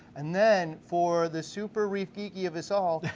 and then for the super reef geeky of us all,